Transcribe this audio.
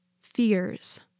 fears